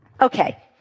Okay